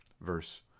verse